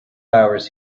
hours